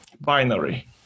binary